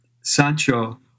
Sancho